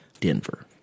Denver